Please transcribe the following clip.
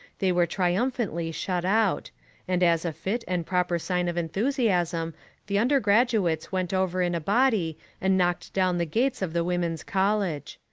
they were triumphantly shut out and as a fit and proper sign of enthusiasm the undergraduates went over in a body and knocked down the gates of the women's college.